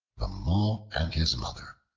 the mole and his mother